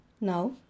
Now